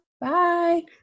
Bye